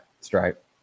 Stripe